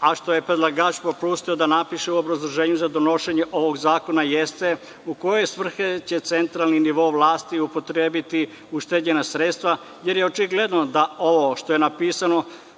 a što je predlagač propustio da napiše u obrazloženju za donošenje ovog zakona, jeste - u koje svrhe će centralni nivo vlasti upotrebiti ušteđena sredstva jer je očigledno da ovo što je napisano,